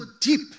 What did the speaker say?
deep